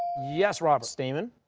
yes, robert? stamen?